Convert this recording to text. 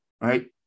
Right